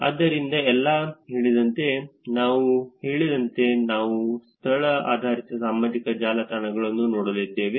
ಆದ್ದರಿಂದ ನಾನು ಹೇಳಿದಂತೆ ನಾವು ಸ್ಥಳ ಆಧಾರಿತ ಸಾಮಾಜಿಕ ಜಾಲತಾಣಗಳನ್ನು ನೋಡಲಿದ್ದೇವೆ